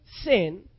sin